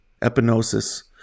epinosis